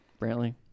Brantley